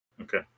Okay